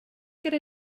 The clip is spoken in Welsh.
gyda